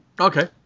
Okay